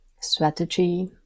strategy